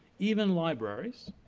even libraries,